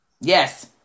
Yes